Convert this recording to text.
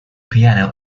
piano